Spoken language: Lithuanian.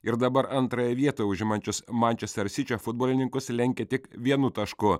ir dabar antrąją vietą užimančius mančester syčio futbolininkus lenkia tik vienu tašku